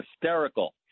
hysterical